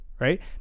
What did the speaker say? Right